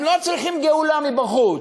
הם לא צריכים גאולה מבחוץ.